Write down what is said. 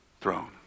throne